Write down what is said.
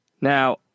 Now